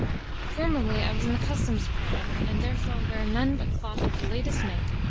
formerly i was in the custom's department, and therefore wear none but cloth of the latest make.